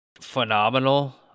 phenomenal